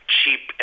cheap